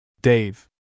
Dave